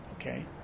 okay